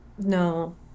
No